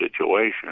situation